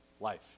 life